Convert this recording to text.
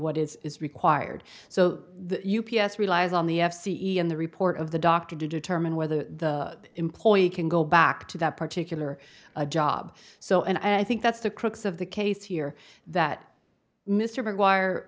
what is required so the u p s relies on the f c e in the report of the doctor to determine whether the employee can go back to that particular job so and i think that's the crux of the case here that mr maguire